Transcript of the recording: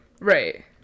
right